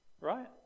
right